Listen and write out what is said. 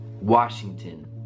Washington